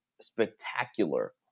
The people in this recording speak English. spectacular